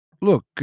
look